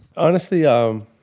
honestly? um,